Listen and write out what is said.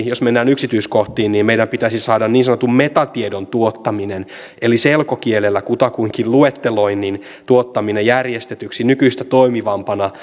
jos mennään yksityiskohtiin meidän pitäisi saada niin sanotun metatiedon tuottaminen eli selkokielellä kutakuinkin luetteloinnin tuottaminen järjestetyksi nykyistä toimivampana